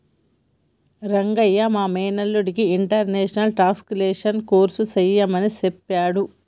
రంగయ్య మా మేనల్లుడికి international taxation course సెయ్యమని సెప్పాడు